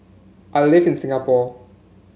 I live in Singapore